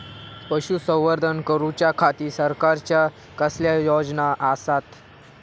पशुसंवर्धन करूच्या खाती सरकारच्या कसल्या योजना आसत?